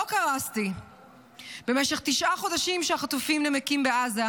לא קרסתי במשך תשעה חודשים שבהם החטופים נמקים בעזה,